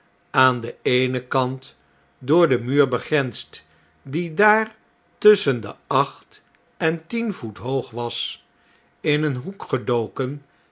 aan den eenen kant door den muur begrensd die dar tusschen de acht en tien voet hoog was in een hoek gedoken